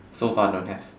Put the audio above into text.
so far don't have